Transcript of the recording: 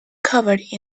covered